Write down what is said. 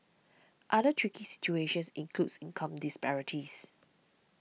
other tricky situations includes income disparities